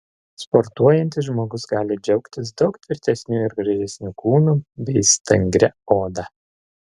sportuojantis žmogus gali džiaugtis daug tvirtesniu ir gražesniu kūnu bei stangria oda